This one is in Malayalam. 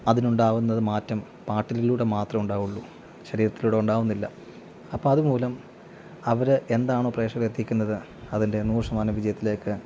അതിനുണ്ടാവുന്നത് മാറ്റം പാട്ടിലൂടെ മാത്രം ഉണ്ടാവുകയുള്ളു ശരീരത്തിലൂടെ ഉണ്ടാവുന്നില്ല അപ്പോള് അതുമൂലം അവര് എന്താണോ പ്രേക്ഷകരില് എത്തിക്കുന്നത് അതിൻ്റെ നൂറു ശതമാനം വിജയത്തിലേക്ക്